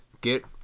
Get